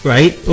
Right